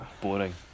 boring